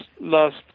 last